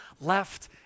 left